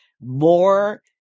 more